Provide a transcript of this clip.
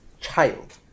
child